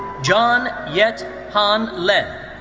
john yet han lem.